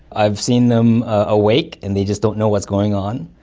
i've seen them awake and they just don't know what's going on.